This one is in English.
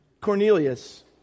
Cornelius